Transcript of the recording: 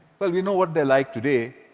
well, we know what they're like today.